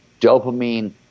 Dopamine